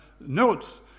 notes